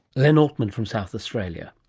len altman from south australia.